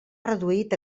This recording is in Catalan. reduït